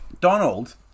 Donald